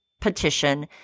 petition